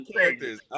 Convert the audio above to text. characters